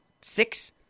Six